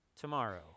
Tomorrow